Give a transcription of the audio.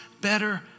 better